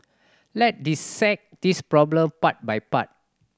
let's dissect this problem part by part